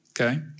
okay